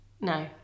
No